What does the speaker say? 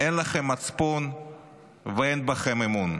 אין לכם מצפון ואין בכם אמון.